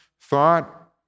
thought